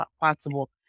possible